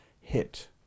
hit